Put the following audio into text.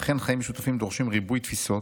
אכן חיים משותפים דורשים ריבוי תפיסות,